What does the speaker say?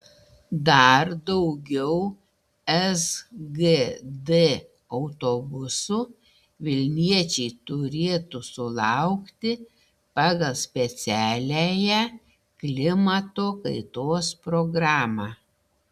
dar daugiau sgd autobusų vilniečiai turėtų sulaukti pagal specialiąją klimato kaitos programą